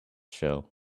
show